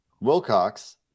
Wilcox